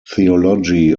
theology